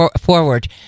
forward